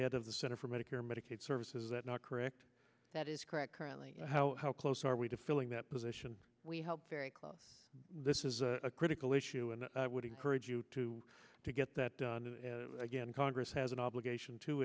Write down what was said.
head of the center for medicare medicaid services that not correct that is correct currently how how close are we to filling that position we hope very close this is a critically you and i would encourage you to to get that done again congress has an obligation to